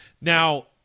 Now